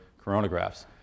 coronagraphs